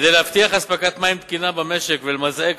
כדי להבטיח אספקת מים תקינה במשק ולמזער